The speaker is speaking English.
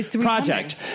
project